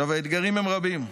האתגרים הם רבים.